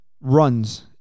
Runs